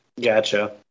Gotcha